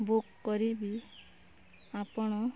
book କରିବି ଆପଣ